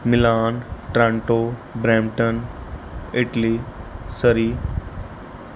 Milan Toronto Brampton Italy Surrey